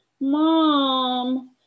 Mom